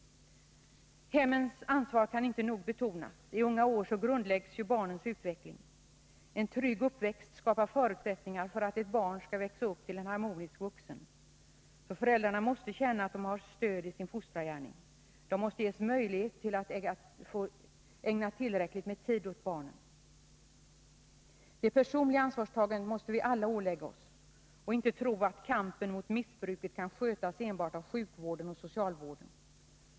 Hemmens ansvar kan inte nog betonas. I unga år grundläggs ju barnens utveckling. En trygg uppväxt skapar förutsättningar för att ett barn skall växa upp till en harmonisk vuxen. Föräldrarna måste känna att de har stöd i sin fostrargärning. De måste ges möjlighet att ägna tillräckligt med tid åt barnen. Det personliga ansvarstagandet måste vi alla ålägga oss. Vi får inte tro att kampen mot missbruket kan skötas enbart av sjukvården och socialvården.